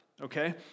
okay